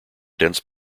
dense